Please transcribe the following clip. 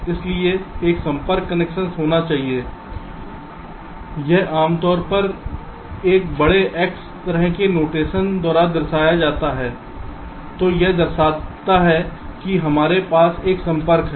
इसलिए एक संपर्क कनेक्शन होना चाहिए यह आमतौर पर एक बड़े X तरह के नोटेशन द्वारा दर्शाया जाता है जो यह दर्शाता है कि हमारे पास एक संपर्क है